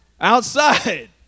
outside